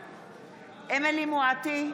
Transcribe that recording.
בעד אמילי חיה מואטי,